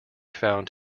found